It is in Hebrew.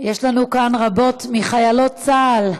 יש לנו כאן רבות מחיילות צה"ל.